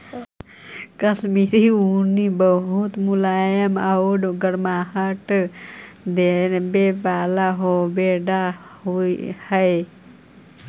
कश्मीरी ऊन बहुत मुलायम आउ गर्माहट देवे वाला होवऽ हइ